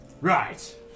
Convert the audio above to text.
Right